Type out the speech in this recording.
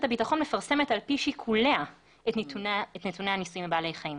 הביטחון מפרסמת על פי שיקוליה את נתוני הניסויים בבעלי חיים.